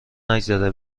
نگذره